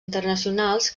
internacionals